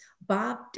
Bob